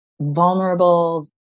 vulnerable